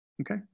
Okay